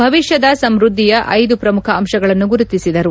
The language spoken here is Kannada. ಭವಿಷ್ಯದ ಸಮ್ಯದ್ದಿಯ ಐದು ಶ್ರಮುಖ ಅಂಶಗಳನ್ನು ಗುರುತಿಸಿದರು